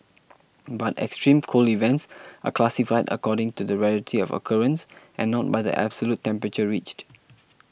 but extreme cold events are classified according to the rarity of occurrence and not by the absolute temperature reached